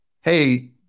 Hey